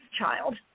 child